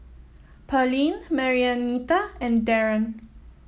Pearline Marianita and Darren